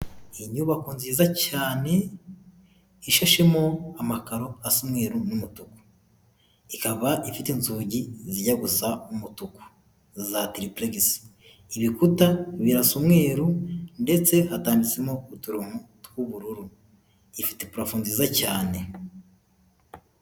Inyubako nziza cyane ishashemo amakaroasa umweru n'umutuku ikaba ifite inzugi zijya gusa umutuku za tiripuregisi ibikuta birasa umweru ndetse hatambitsemo utorongo tw'ubururu ifite parafu nziza cyane.